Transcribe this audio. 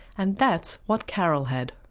and that's what carole had.